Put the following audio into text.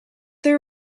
there